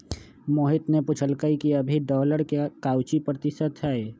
मोहित ने पूछल कई कि अभी डॉलर के काउची प्रतिशत है?